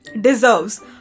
deserves